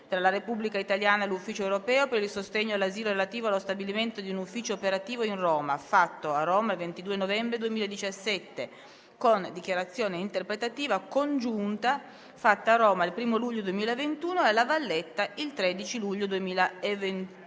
tra la Repubblica italiana e l'Ufficio europeo per il sostegno all'asilo relativo allo stabilimento di un ufficio operativo in Roma, fatto a Roma il 22 novembre 2017, con Dichiarazione interpretativa congiunta fatta a Roma il 1° luglio 2021 e a La Valletta il 13 luglio 2021.